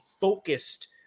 focused